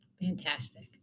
Fantastic